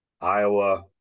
Iowa